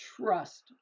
Trust